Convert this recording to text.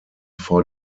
vor